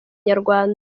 inyarwanda